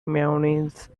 mayonnaise